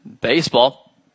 baseball